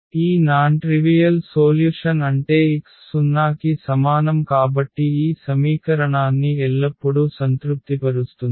ఈ non trivial solution అంటే x 0 కి సమానం కాబట్టి ఈ సమీకరణాన్ని ఎల్లప్పుడూ సంతృప్తిపరుస్తుంది